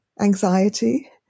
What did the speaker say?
anxiety